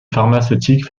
pharmaceutique